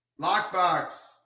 lockbox